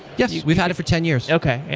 yes. we've had it for ten years. okay. yeah